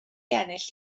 ennill